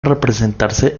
representarse